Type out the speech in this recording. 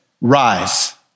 rise